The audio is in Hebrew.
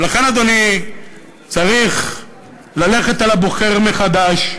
ולכן, אדוני, צריך ללכת אל הבוחר מחדש,